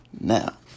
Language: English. now